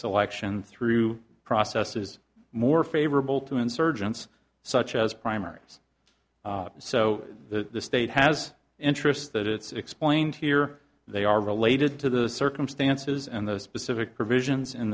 selection through processes more favorable to insurgents such as primaries so the state has interests that it's explained here they are related to the circumstances and those specific provisions